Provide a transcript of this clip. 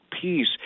peace